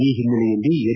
ಈ ಹಿನ್ನೆಲೆಯಲ್ಲಿ ಎನ್